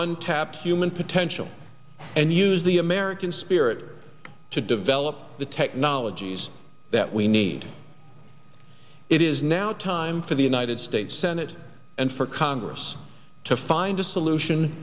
untapped human potential and use the american spirit to develop the technologies that we need it is now time for the united states senate and for congress to find a solution